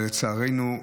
ולצערנו,